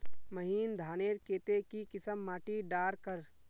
महीन धानेर केते की किसम माटी डार कर?